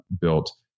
built